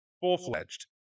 full-fledged